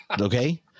Okay